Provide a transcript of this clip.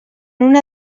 una